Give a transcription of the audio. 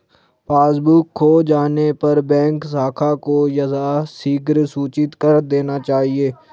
passbook खो जाने पर बैंक शाखा को यथाशीघ्र सूचित कर देना चाहिए